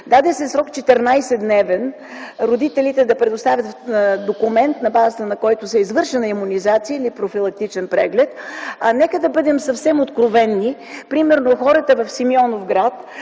даде се 14-дневен срок родителите да предоставят документ, на базата на който е извършена имунизация или профилактичен преглед, нека да бъдем съвсем откровени, примерно хората в Симеоновград